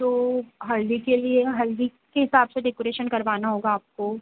तो हल्दी के लिए हल्दी के हिसाब से डेकोरेशन करवाना होगा आपको